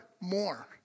more